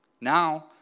Now